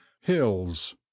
Hills